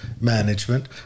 management